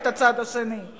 זה אומר שיש לו אמת.